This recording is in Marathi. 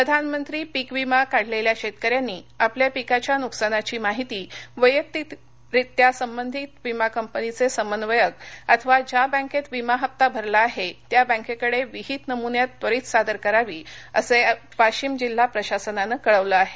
प्रधानमंत्री पीक विमा काढलेल्या शेतकऱ्यांनी आपल्या पिकाच्या नुकसानाची माहिती वैयक्तिकरित्या संबंधित विमा कंपनीचे समन्वयक अथवा ज्या बँकेत विमा हप्ता भरला आहे त्या बँकेकडे विहित नमुन्यात त्वरीत सादर करावी असे वाशिम जिल्हा प्रशासनान कळविल आहे